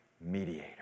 mediator